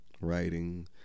writing